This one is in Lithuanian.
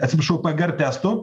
atsiprašau pgr testų